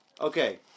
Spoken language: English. Okay